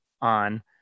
on